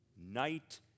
night